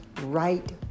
right